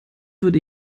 würde